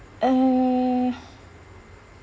uh